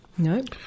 Nope